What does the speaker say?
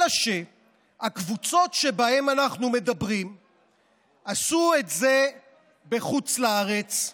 אלא שהקבוצות שבהן אנחנו מדברים עשו את זה בחוץ לארץ,